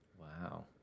Wow